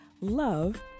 love